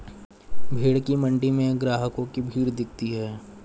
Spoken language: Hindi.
भेंड़ की मण्डी में ग्राहकों की भीड़ दिखती है